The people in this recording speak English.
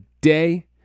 day